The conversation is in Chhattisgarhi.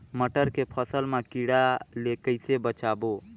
मटर के फसल मा कीड़ा ले कइसे बचाबो?